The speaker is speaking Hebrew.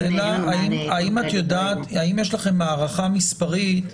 צאלה, האם יש לכם הערכה מספרית?